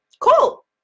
cool